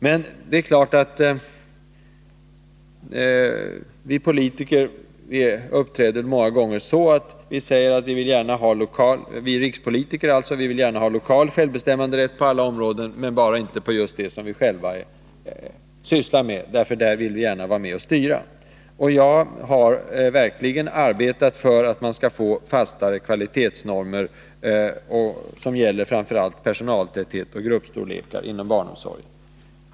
Men det är klart att vi rikspolitiker många gånger uppträder på det sättet att vi säger oss gärna vilja ha lokal självbestämmanderätt på alla områden bara inte i just de frågor som vi själva sysslar med. Där vill vi gärna vara med och styra. Jag har verkligen arbetat för att man skall få fastare kvalitetsnormer för framför allt personaltäthet och gruppstorlekar inom barnomsorgen.